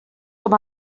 com